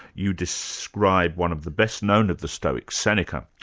you describe one of the best-known of the stoics, seneca,